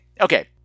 Okay